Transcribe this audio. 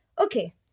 Okay